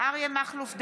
אריה מכלוף דרעי,